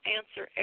answer